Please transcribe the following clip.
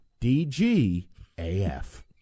D-G-A-F